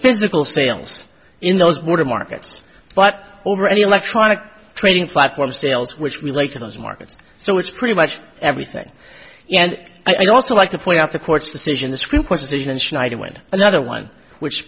physical sales in those water markets but over any electronic trading platform sales which relate to those markets so it's pretty much everything and i'd also like to point out the court's decision the supreme court decision schneider went another one which